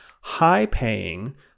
high-paying